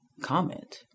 comment